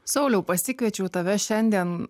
sauliau pasikviečiau tave šiandien